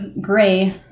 Gray